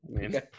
Okay